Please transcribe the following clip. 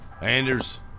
Anders